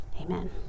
Amen